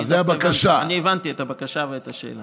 אני הבנתי את הבקשה ואת השאלה.